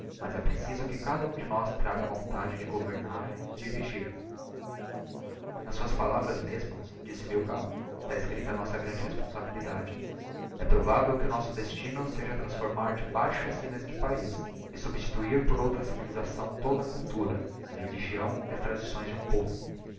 mas é preciso que cada um de nós traga a vontade de governar e dirigir nas suas palavras mesmas disse milkau está escripta a nossa grande responsabilidade e provável que o nosso destino seja transformar de baixo acima este paiz de substituir por outra civilisação toda a cultura a religião e as tradições de um povo